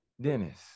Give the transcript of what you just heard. Dennis